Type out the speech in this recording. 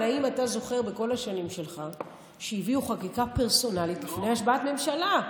האם אתה זוכר בכל השנים שלך שהביאו חקיקה פרסונלית לפני השבעת ממשלה?